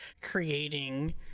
creating